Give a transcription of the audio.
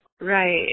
Right